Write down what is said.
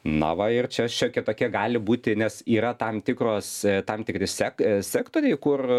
na va ir čia šiokia tokia gali būti nes yra tam tikros tam tikri sek sektoriai kur